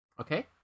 Okay